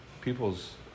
people's